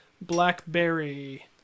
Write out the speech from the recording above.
Blackberry